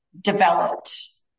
developed